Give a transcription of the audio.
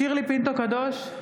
שירלי פינטו קדוש,